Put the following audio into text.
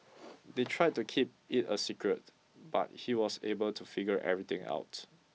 they tried to keep it a secret but he was able to figure everything out